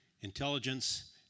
Intelligence